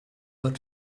but